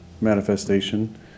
manifestation